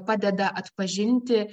padeda atpažinti